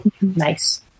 nice